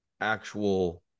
actual